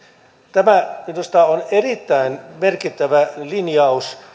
tämä minusta on erittäin merkittävä linjaus